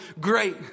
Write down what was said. great